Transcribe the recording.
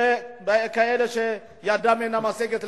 אלה שידם אינה משגת.